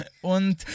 Und